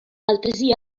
altresì